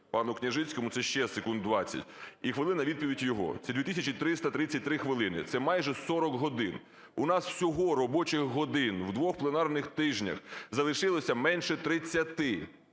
пану Княжицькому, це ще секунд 20, і хвилина – відповідь його. Це 2333 хвилини, це майже 40 годин. У нас всього робочих годин в двох пленарних тижнях залишилося менше 30.